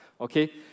okay